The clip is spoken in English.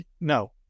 no